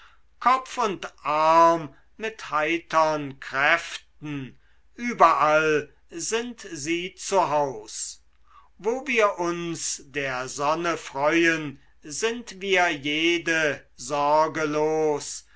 kopf und arm mit heitern kräften überall sind sie zu haus wo wir uns der sonne freuen sind wir jede sorge